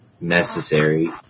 necessary